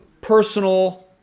personal